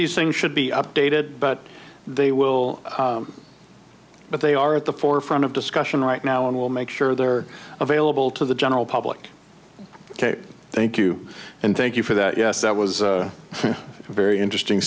these things should be updated but they will but they are at the forefront of discussion right now and will make sure they're available to the general public ok thank you and thank you for that yes that was a very interesting